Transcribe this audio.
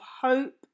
hope